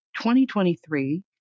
2023